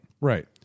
Right